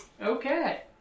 Okay